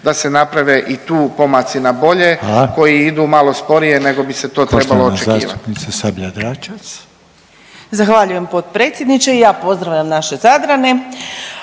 da se naprave i tu pomaci na bolje …/Upadica: Hvala./… koji idu malo sporije nego bi se to trebalo očekivati.